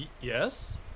Yes